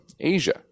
Asia